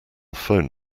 phone